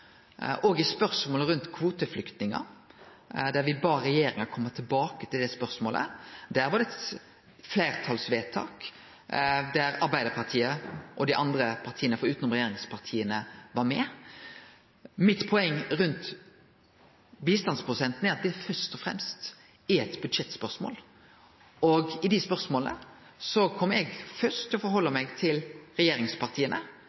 Òg i spørsmålet om kvoteflyktningar – då me bad regjeringa kome tilbake til spørsmålet – blei det eit fleirtalsvedtak, der Arbeidarpartiet og dei andre partia forutan regjeringspartia var med. Poenget mitt når det gjeld bistandsprosenten, er at det først og fremst er eit budsjettspørsmål. I dei spørsmåla kjem eg først til å